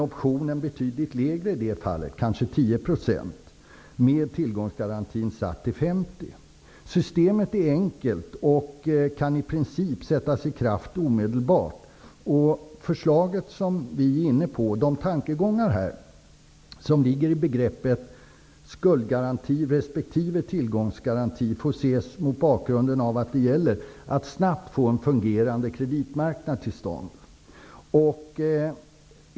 Optionen i detta fall -- med tillgångsgarantin alltså satt till 50 %-- skulle vara betydligt lägre, kanske 10 %. Systemet är enkelt och kan i princip sättas i kraft omedelbart. De tankegångar som ligger i begreppet skuldgaranti resp. tillgångsgaranti får ses mot bakgrund av att det gäller att snabbt få en fungerande kreditmarknad till stånd.